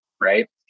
Right